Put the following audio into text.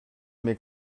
mes